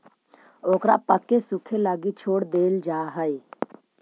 ओकरा पकके सूखे लगी छोड़ देल जा हइ